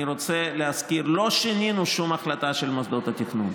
אני רוצה להזכיר: לא שינינו שום החלטה של מוסדות התכנון.